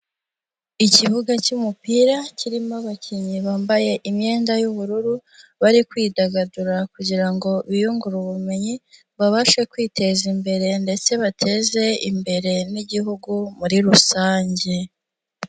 Ikibuga cy'umupira, kirimo abakinnyi bambaye imyenda y'ubururu, bari kwidagadura kugira ngo biyungure ubumenyi, babashe kwiteza imbere ndetse bateze imbere n'igihugu muri rusange.